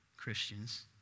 Christians